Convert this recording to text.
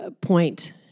point